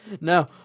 No